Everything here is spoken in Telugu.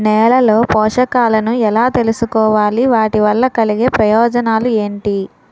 నేలలో పోషకాలను ఎలా తెలుసుకోవాలి? వాటి వల్ల కలిగే ప్రయోజనాలు ఏంటి?